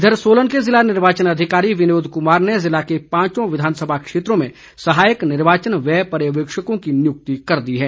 इधर सोलन के ज़िला निर्वाचन अधिकारी विनोद कुमार ने ज़िले के पांचों विधानसभा क्षेत्रों में सहायक निर्वाचन व्यय पर्यवेक्षकों की नियुक्ति कर दी है